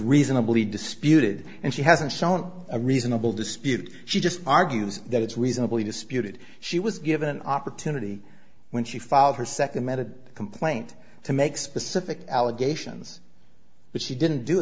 reasonably disputed and she hasn't shown a reasonable dispute she just argues that it's reasonably disputed she was given an opportunity when she filed her second minute complaint to make specific allegations which she didn't do